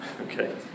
Okay